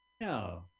No